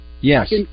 Yes